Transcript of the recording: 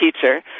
teacher